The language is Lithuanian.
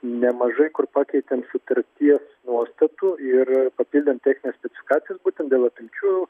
nemažai kur pakeitėm sutarties nuostatų ir papildėm technines specifikacijas būtent dėl apimčių